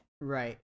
Right